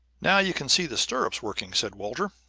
now you can see the stirrups working, said walter,